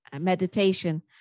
meditation